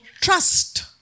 trust